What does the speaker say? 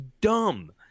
dumb